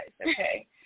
okay